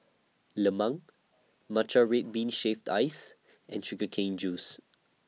Lemang Matcha Red Bean Shaved Ice and Sugar Cane Juice